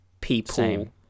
people